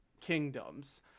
kingdoms